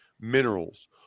minerals